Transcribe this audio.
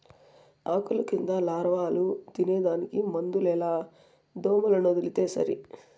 ఆకుల కింద లారవాలు తినేదానికి మందులేల దోమలనొదిలితే సరి